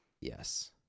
Yes